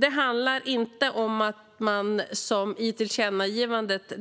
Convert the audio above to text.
Det handlar inte om att man, som det står i tillkännagivandet,